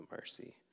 mercy